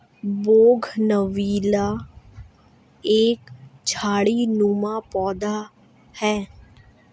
bougainvillea एक झाड़ीनुमा पौधा है